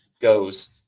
goes